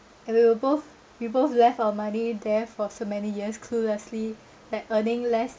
and we were both we both left our money there for so many years cluelessly like earning less